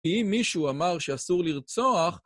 אם מישהו אמר שאסור לרצוח...